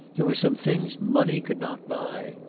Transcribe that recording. there were some things money could not buy.